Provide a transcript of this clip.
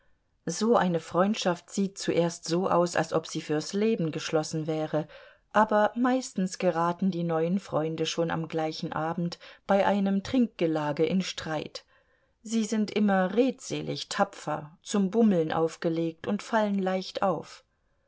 so eine freundschaft sieht zuerst so aus als ob sie fürs leben geschlossen wäre aber meistens geraten die neuen freunde schon am gleichen abend bei einem trinkgelage in streit sie sind immer redselig tapfer zum bummeln aufgelegt und fallen leicht auf